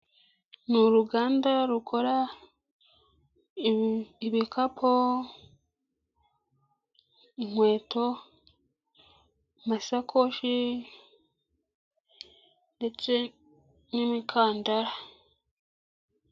Ni uruganda rukora ibikapu, inkweto, amasakoshi ndetse n'imikandara.